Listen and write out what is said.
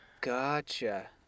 Gotcha